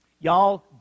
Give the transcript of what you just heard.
Y'all